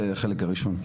זה חלק הראשון.